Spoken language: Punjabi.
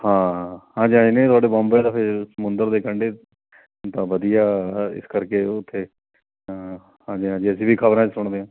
ਹਾਂ ਹਾਂਜੀ ਹਾਂਜੀ ਨਹੀਂ ਤੁਹਾਡੇ ਬੰਬੇ ਤਾਂ ਫਿਰ ਸਮੁੰਦਰ ਦੇ ਕੰਢੇ ਤਾਂ ਵਧੀਆ ਇਸ ਕਰਕੇ ਉੱਥੇ ਹਾਂ ਹਾਂਜੀ ਹਾਂਜੀ ਅਸੀਂ ਵੀ ਖਬਰਾਂ 'ਚ ਸੁਣਦੇ ਹਾਂ